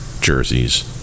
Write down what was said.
jerseys